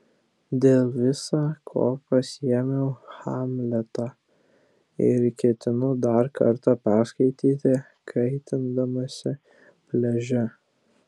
dėl visa ko pasiėmiau hamletą ir ketinu dar kartą perskaityti kaitindamasi pliaže